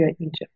Egypt